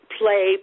play